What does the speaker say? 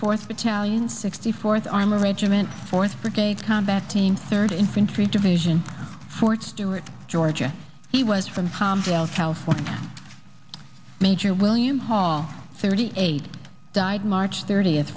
fourth battalion sixty fourth armor regiment fourth brigade combat team third infantry division fort stewart georgia he was from humble california major william hall thirty eight died march thirtieth